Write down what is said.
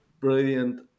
brilliant